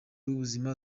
w’ubuzima